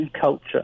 culture